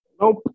Nope